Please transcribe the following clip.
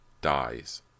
dies